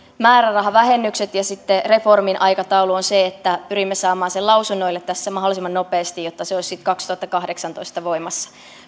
määrärahavähennykset ja sitten reformin aikataulu on se että pyrimme saamaan sen lausunnoille mahdollisimman nopeasti jotta se olisi sitten kaksituhattakahdeksantoista voimassa